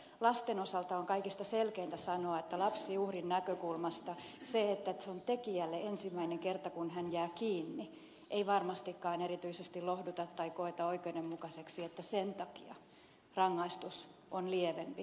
lasten osalta on kaikista selkeintä sanoa että lapsiuhrin näkökulmasta se että se on tekijälle ensimmäinen kerta kun hän jää kiinni ei varmastikaan erityisesti lohduta eikä sitä koeta oikeudenmukaiseksi että sen takia rangaistus on lievempi